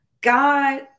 God